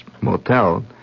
motel